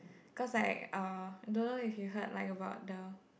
cause like uh I don't know if you heard like about the